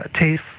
taste